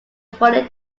fully